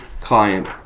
client